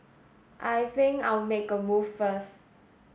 I think I'll make a move first